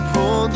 Pull